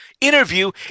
interview